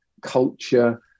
culture